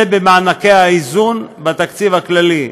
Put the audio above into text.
זה במענקי האיזון בתקציב הכללי.